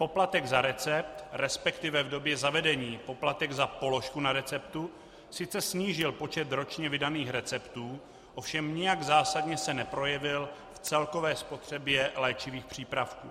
Poplatek za recept, resp. v době zavedení poplatek za položku na receptu, sice snížil počet ročně vydaných receptů, ovšem nijak zásadně se neprojevil v celkové spotřebě léčivých přípravků.